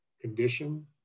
condition